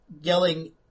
Yelling